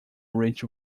reach